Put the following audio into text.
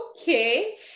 Okay